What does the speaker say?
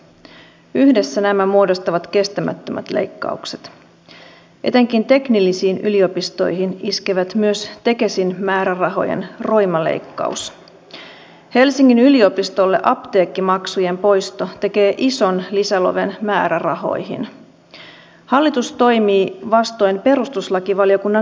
luin sen paketin tuossa nopeasti läpi ja totesin että se on pääasiassa sisämarkkinoitten kanssa näpertelyä jossa oli ainoastaan yksi toimi joka edes teoriassa voisi jotenkin edistää vientiä eri asia uskooko joku siihen että se edistäisi vientiä